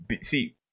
see